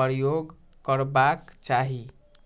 प्रयोग करबाक चाही?